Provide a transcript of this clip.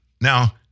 Now